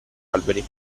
alberi